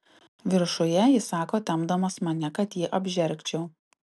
viršuje įsako tempdamas mane kad jį apžergčiau